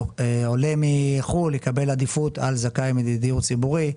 עולה מחו"ל יקבל עדיפות על זכאי מדיור ציבורי,